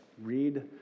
read